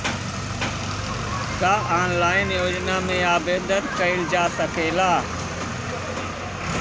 का ऑनलाइन योजना में आवेदन कईल जा सकेला?